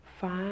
five